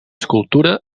escultura